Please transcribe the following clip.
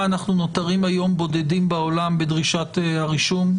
אנחנו נותרים היום בודדים בעולם בדרישת הרישום?